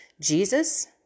Jesus